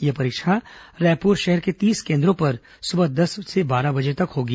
यह परीक्षा रायपुर शहर के तीस केन्द्रो पर सुबह दस से बारह बजे तक होगी